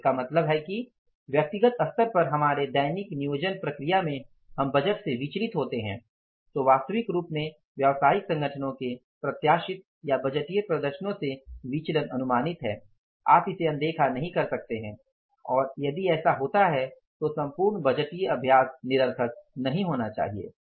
तो इसका मतलब है कि व्यक्तिगत स्तर पर हमारे दैनिक नियोजन प्रक्रिया में हम बजट से विचलित होते है तो वास्तविक रूप में व्यावसायिक संगठनों के प्रत्याशित या बजटीय प्रदर्शनों से विचलन अनुमानित है आप इसे अनदेखा नहीं कर सकते हैं और यदि ऐसा होता है तो संपूर्ण बजटीय अभ्यास निरर्थक नहीं होना चाहिए